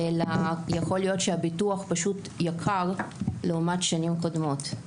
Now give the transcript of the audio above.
אלא יכול להיות שהביטוח פשוט יקר לעומת שנים קודמות.